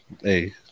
hey